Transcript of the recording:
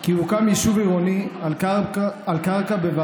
כי יוקם יישוב עירוני על קרקע בבעלות